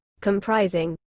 comprising